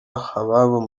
ababo